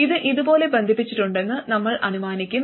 ഇത് ഇതുപോലെ ബന്ധിപ്പിച്ചിട്ടുണ്ടെന്ന് നമ്മൾ അനുമാനിക്കും